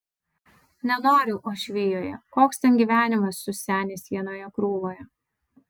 nenoriu uošvijoje koks ten gyvenimas su seniais vienoje krūvoje